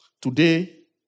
Today